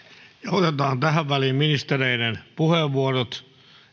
otetaan tähän väliin ministereiden puheenvuorot